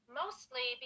mostly